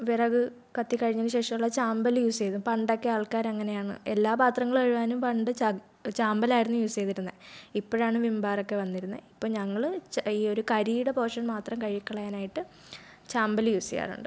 വിറക് കത്തി കഴിഞ്ഞതിനു ശേഷമുള്ള ചാമ്പൽ യൂസ് ചെയ്ത് പണ്ടൊക്കെ ആൾക്കാർ അങ്ങനെയാണ് എല്ലാ പത്രങ്ങൾ കഴുകാനും പണ്ട് ചാകി ചാമ്പലായിരുന്നു യൂസ് ചെയ്തിരുന്നത് ഇപ്പോഴാണ് വിം ബാറൊക്കെ വന്നിരുന്നത് ഇപ്പം ഞങ്ങൾ ഈ ച ഒരു കരിയുടെ പോഷൻ മാത്രം കഴുകി കളയാനായിട്ട് ചാമ്പൽ യൂസ് ചെയ്യാറുണ്ട്